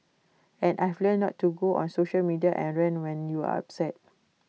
and I've learnt not to go on social media and rant when you're upset